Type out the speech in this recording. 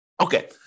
Okay